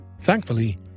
Thankfully